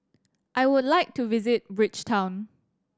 I would like to visit Bridgetown